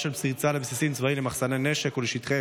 חוק ומשפט.